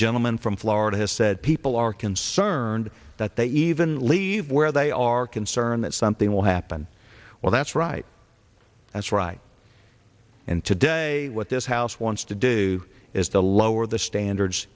gentleman from florida has said people are concerned cerned that they even leave where they are concerned that something will happen well that's right that's right and today what this house wants to do is to lower the standards